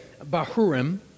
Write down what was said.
Bahurim